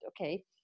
okay